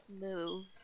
move